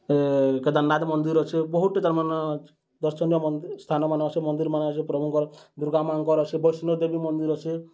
କେଦାର୍ନାଥ୍ ମନ୍ଦିର୍ ଅଛେ ବହୁତ୍ଟେ ତାର୍ମାନେ ଦର୍ଶନୀୟ ସ୍ଥାନମାନେ ଅଛେ ମନ୍ଦିର୍ମାନେ ଅଛେ ପ୍ରଭୁଙ୍କର୍ ଦୁର୍ଗା ମାଆଙ୍କର ଅଛେ ବୈଷ୍ଣଦେବୀ ମନ୍ଦିର୍ ଅଛେ